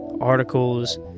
articles